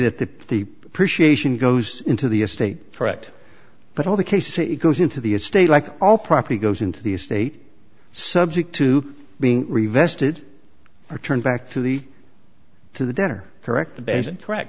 that the the appreciation goes into the estate for ect but all the cases it goes into the estate like all property goes into the estate subject to being revisited or turned back to the to the dinner correct correct